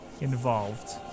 involved